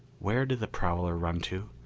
where did the prowler run to?